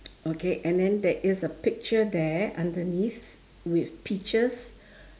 okay and then there is a picture there underneath with peaches